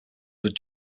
would